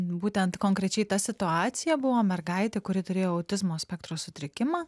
būtent konkrečiai ta situacija buvo mergaitė kuri turėjo autizmo spektro sutrikimą